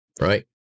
right